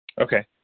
Okay